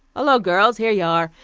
hello, girls, here you are.